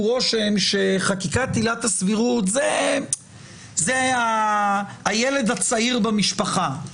רושם שחקיקת עילת הסבירות זה הילד הצעיר במשפחה,